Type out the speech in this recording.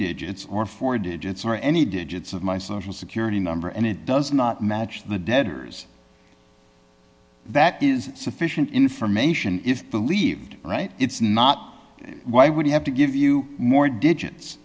digits or four digits or any digits of my social security number and it does not match the that is sufficient information if believed right it's not why would he have to give you more digits